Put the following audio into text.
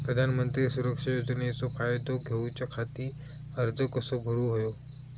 प्रधानमंत्री सुरक्षा योजनेचो फायदो घेऊच्या खाती अर्ज कसो भरुक होयो?